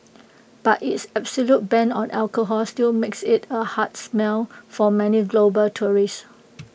but its absolute ban on alcohol still makes IT A hard smell for many global tourists